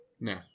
No